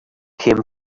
came